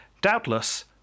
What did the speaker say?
Doubtless